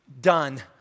done